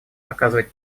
оказывать